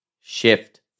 Shift